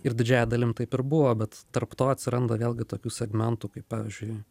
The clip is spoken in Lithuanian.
ir didžiąja dalim taip ir buvo bet tarp to atsiranda vėlgi tokių segmentų kaip pavyzdžiui